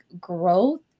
growth